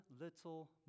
little